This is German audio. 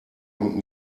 und